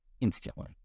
instantly